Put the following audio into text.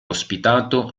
ospitato